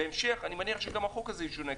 בהמשך אני מניח שגם החוק הזה ישונה,